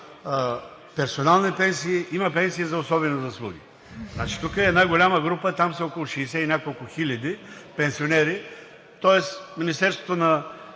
персонални пенсии, има пенсии за особени заслуги. Това е една голяма група и те са около шестдесет и няколко хиляди пенсионери, тоест Министерството на